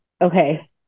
Okay